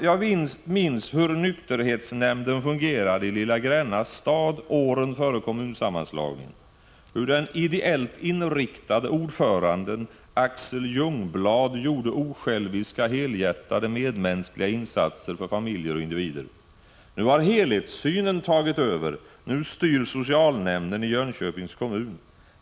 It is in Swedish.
Jag minns hur nykterhetsnämnden fungerade i lilla Gränna stad åren före kommunsammanslagningen: Den ideellt inriktade ordföranden Axel Ljungblad gjorde osjälviska, helhjärtade, medmänskliga insatser för familjer och individer. Nu har helhetssynen tagit över — nu styr socialnämnden i Jönköpings kommun.